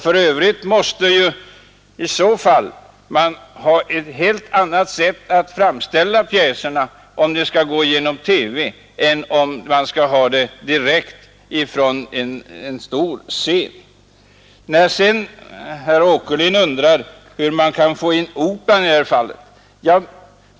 För övrigt krävs det en helt annan teknik för att producera pjäser i TV än för att producera filmer, som skall visas i en stor lokal. Herr Åkerlind undrar vidare hur man kan komma att tala om Operan i detta sammanhang.